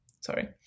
sorry